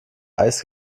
eis